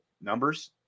numbers